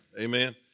Amen